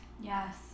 yes